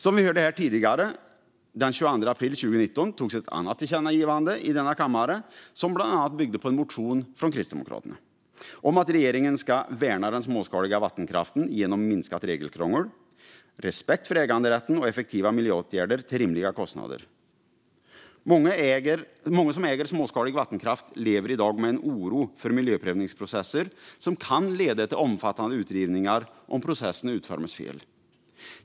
Som vi hörde tidigare gjorde kammaren ett annat tillkännagivande den 22 april 2019 som bland annat byggde på en motion från Kristdemokraterna om att regeringen ska värna den småskaliga vattenkraften genom minskat regelkrångel, respekt för äganderätten och effektiva miljöåtgärder till rimliga kostnader. Många som äger småskalig vattenkraft lever i dag med en oro för miljöprövningsprocesser som kan leda till omfattande utrivningar om processerna utformas fel.